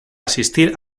asistir